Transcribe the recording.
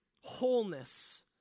wholeness